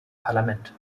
parlament